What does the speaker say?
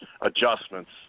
adjustments